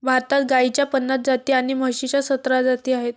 भारतात गाईच्या पन्नास जाती आणि म्हशीच्या सतरा जाती आहेत